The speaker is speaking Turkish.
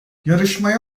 yarışmaya